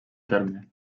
terme